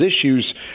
issues